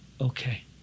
okay